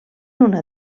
una